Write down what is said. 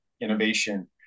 innovation